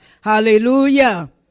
Hallelujah